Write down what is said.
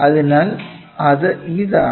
അതിനാൽ അത് ഇതാണ്